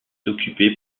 occupée